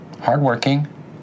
Hardworking